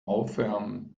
aufwärmen